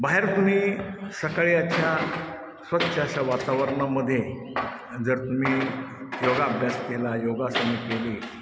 बाहेर तुम्ही सकाळीच्या स्वच्छ अशा वातावरणामधे जर तुम्ही योग अभ्यास केला योगाासनं केली